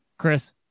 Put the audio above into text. Chris